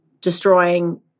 destroying